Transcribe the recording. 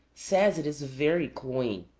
says it is very cloying.